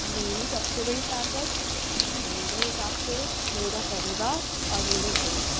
मेरी सब से बड़ी ताक़त मेरे हिसाब से मेरा परिवार और मेरे दोस्त